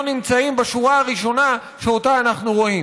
נמצאים בשורה הראשונה שאותה אנחנו רואים.